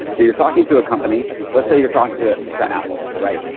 so you're talking to a company. let's say you're talking to to apple, right?